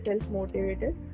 self-motivated